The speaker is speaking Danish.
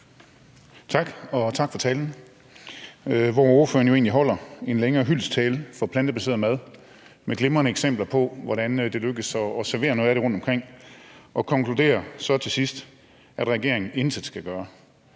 Tak, og tak for talen, hvor ordføreren jo egentlig holder en længere hyldesttale for plantebaseret mad med glimrende eksempler på, hvordan det lykkes at servere noget af det rundtomkring, og så til sidst konkluderer, at regeringen intet skal gøre